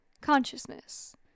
consciousness